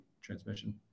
transmission